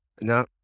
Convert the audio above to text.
no